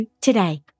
today